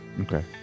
Okay